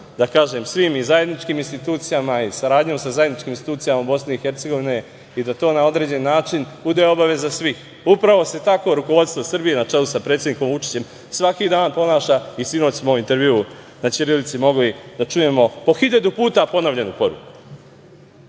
da kažem svim i zajedničkim institucijama i saradnjom sa zajedničkim institucijama Bosne i Hercegovine i da to na određeni način bude obaveza svih. Upravo se tako rukovodstvo Srbije na čelu sa predsednikom Vučićem svaki dan ponaša. Sinoć smo u intervjuu na „Ćirilici“ mogli da čujemo po hiljadu puta ponovljenu poruku.